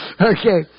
Okay